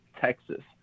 Texas